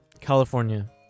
California